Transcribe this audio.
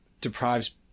deprives